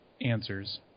answers